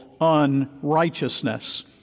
unrighteousness